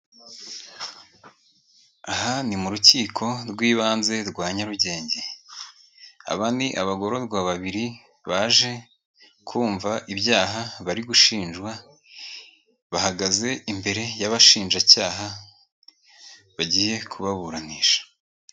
Aha ni mu rukiko rw'ibanze rwa Nyarugenge. Aba ni abagororwa babiri baje kumva ibyaha bari gushinjwa, bahagaze imbere y'abashinjacyaha bagiye kubaburanisha.